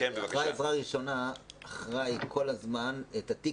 אחראי עזרה ראשונה אחראי כל הזמן בתיק